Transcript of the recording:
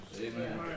Amen